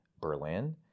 Berlin